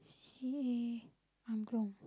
C_C_A angklung